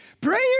Prayer